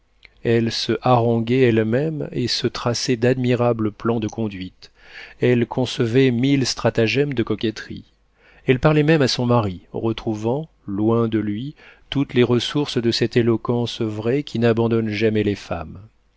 elle se haranguait elle-même et se traçait d'admirables plans de conduite elle concevait mille stratagèmes de coquetterie elle parlait même à son mari retrouvant loin de lui toutes les ressources de cette éloquence vraie qui n'abandonne jamais les femmes